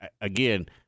again